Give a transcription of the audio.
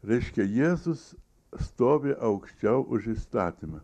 reiškia jėzus stovi aukščiau už įstatymą